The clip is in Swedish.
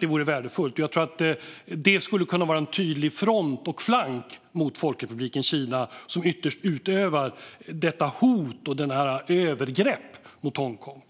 Det vore värdefullt, och det skulle kunna vara en tydlig front och flank mot Folkrepubliken Kina, som ytterst utövar detta hot och dessa övergrepp mot Hongkong.